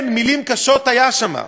כן, מילים קשות היו שם,